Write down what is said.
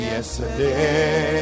Yesterday